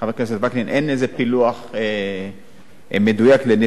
אין איזה פילוח מדויק לניצולי שואה.